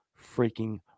freaking